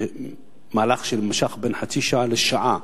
במהלך שנמשך בין חצי שעה לשעה,